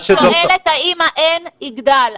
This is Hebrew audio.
אני שואלת האם ה-N יגדל.